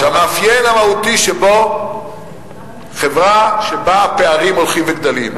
המאפיין האמיתי שבו חברה שבה הפערים הולכים וגדלים,